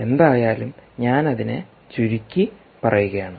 എന്തായാലും ഞാൻ അതിനെ ചുരുക്കിപ്പറയുകയാണ്